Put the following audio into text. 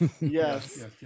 Yes